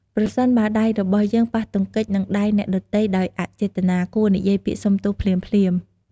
ប្រសិនបើដៃរបស់យើងប៉ះទង្គិចនឹងដៃអ្នកដទៃដោយអចេតនា គួរនិយាយពាក្យសុំទោសភ្លាមៗ។